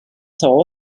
thaw